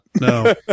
No